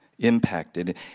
impacted